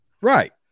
right